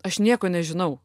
aš nieko nežinau